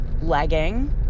legging